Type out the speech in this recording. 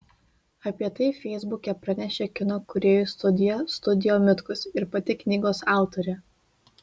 apie tai feisbuke pranešė kino kūrėjų studija studio mitkus ir pati knygos autorė